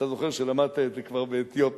אתה זוכר שלמדת את זה כבר באתיופיה,